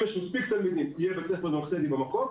אם יש מספיק תלמידים יהיה בית ספר ממלכתי-דתי במקום,